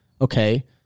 okay